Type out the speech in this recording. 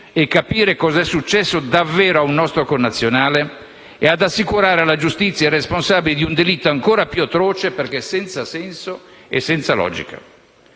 e capire cosa è successo davvero a un nostro connazionale e assicurare alla giustizia il responsabile di un delitto ancora più atroce perché senza senso e logica.